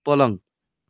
पलङ